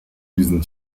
diesen